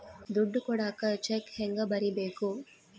ದುಡ್ಡು ಕೊಡಾಕ ಚೆಕ್ ಹೆಂಗ ಬರೇಬೇಕು?